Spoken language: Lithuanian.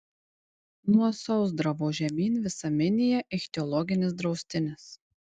nuo sausdravo žemyn visa minija ichtiologinis draustinis